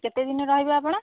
କେତେଦିନ ରହିିବେ ଆପଣ